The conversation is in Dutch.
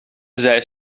zij